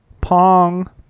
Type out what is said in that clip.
Pong